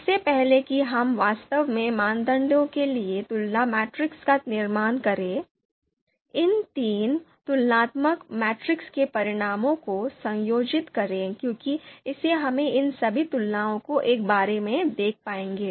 इससे पहले कि हम वास्तव में मानदंडों के लिए तुलना मैट्रिक्स का निर्माण करें इन तीन तुलनात्मक मैट्रिक्स के परिणामों को संयोजित करें क्योंकि इससे हम इन सभी तुलनाओं को एक बार में देख पाएंगे